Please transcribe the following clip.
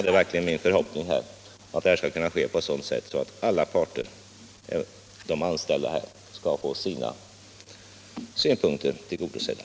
Det är min förhoppning att detta skall kunna ske på ett sådant sätt att alla parter, däribland de anställda, får sina synpunkter tillgodosedda.